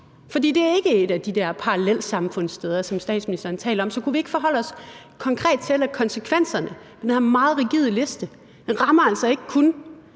det er ikke et af de der parallelsamfundssteder, som statsministeren taler om. Kunne vi ikke forholde os konkret til konsekvenserne af den her meget rigide liste? Den rammer altså ikke kun